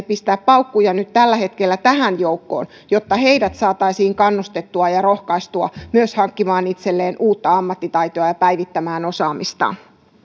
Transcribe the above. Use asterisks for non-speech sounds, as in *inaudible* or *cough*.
*unintelligible* pistää paukkuja nyt tällä hetkellä tähän joukkoon jotta myös heidät saataisiin kannustettua ja rohkaistua hankkimaan itselleen uutta ammattitaitoa ja päivittämään osaamistaan